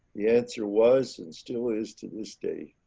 the answer was, and still is, to this day,